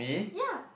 ya